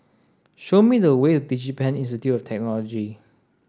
show me the way to DigiPen Institute of Technology